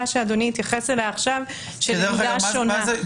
שאדוני התייחס אליה עכשיו של עמדה שונה.